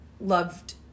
loved